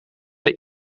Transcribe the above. hij